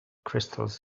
crystals